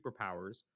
superpowers